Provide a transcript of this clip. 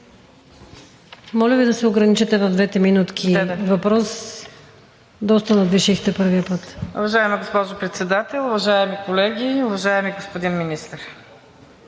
Моля Ви да се ограничите в двете минутки за въпрос – доста надвишихте първия път.